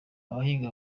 abahinga